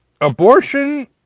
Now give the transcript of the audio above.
abortion